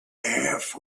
half